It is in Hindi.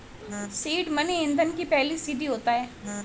सीड मनी ईंधन की पहली सीढ़ी होता है